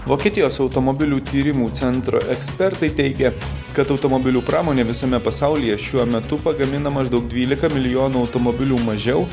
vokietijos automobilių tyrimų centro ekspertai teigia kad automobilių pramonė visame pasaulyje šiuo metu pagamina maždaug dvylika milijonų automobilių mažiau